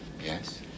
Yes